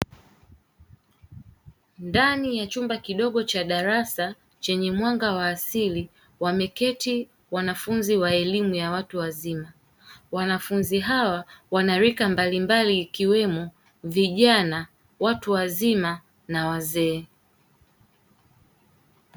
Ndani ya chumba kidogo cha darasa chenye mwanga wa asili wameketi wanafunzi wa elimu ya watu wazima. Wanafunzi hawa wana rika mbalimbali wakiwemo vijana, watu wazima na wazee.